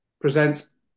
presents